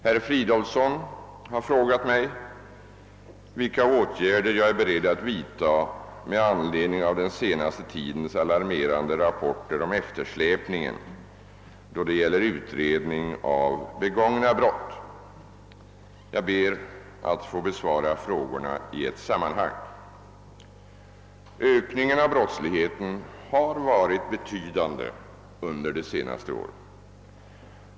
Herr Fridolfsson har frågat mig vilka åtgärder jag är beredd att vidta med anledning av den senaste tidens alarmerande rapporter om eftersläpningen då det gäller utredning av begångna brott. Jag ber att få besvara frågorna i ett sammanhang. Ökningen av brottsligheten har varit betydande under de senaste åren.